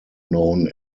known